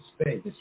space